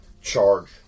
charge